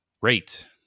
great